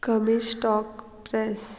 कमी stock press